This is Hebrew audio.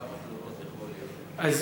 כמה תלונות יכולות להיות להם, תגיד.